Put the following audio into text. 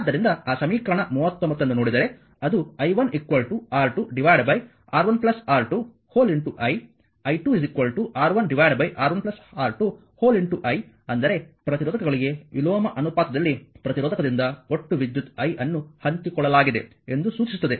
ಆದ್ದರಿಂದ ಆ ಸಮೀಕರಣ 39 ಅನ್ನು ನೋಡಿದರೆ ಅದು i1 R2 R1 R2 i i2 R1 R1 R2 i ಅಂದರೆ ಪ್ರತಿರೋಧಕಗಳಿಗೆ ವಿಲೋಮ ಅನುಪಾತದಲ್ಲಿ ಪ್ರತಿರೋಧಕದಿಂದ ಒಟ್ಟು ವಿದ್ಯುತ್ i ಅನ್ನು ಹಂಚಿಕೊಳ್ಳಲಾಗಿದೆ ಎಂದು ಸೂಚಿಸುತ್ತದೆ